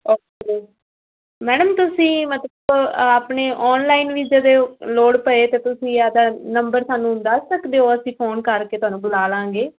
okay madam ਤੁਸੀਂ ਮਤਲਬ ਆਪਣੇ ਆਨਲਾਈਨ ਵੀ ਜਦੋਂ ਉਹ ਲੋੜ ਪਵੇ ਤਾਂ ਤੁਸੀਂ ਆਪਣਾ ਨੰਬਰ ਸਾਨੂੰ ਦੱਸ ਸਕਦੇ ਹੋ ਅਸੀਂ ਫੋਨ ਕਰਕੇ ਤੁਹਾਨੂੰ ਬੁਲਾ ਲਾਂਗੇ